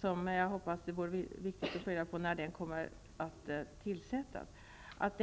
Det är viktigt att få reda på när tillsättningarna skall ske. Jag hoppas att